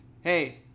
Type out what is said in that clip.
hey